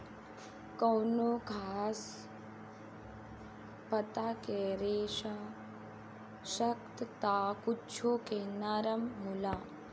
कवनो खास पता के रेसा सख्त त कुछो के नरम होला